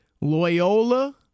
Loyola